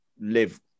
live